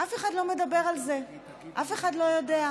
אף אחד לא מדבר על זה, אף אחד לא יודע.